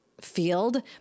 field